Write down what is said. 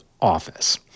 office